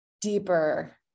deeper